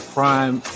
Prime